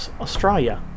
Australia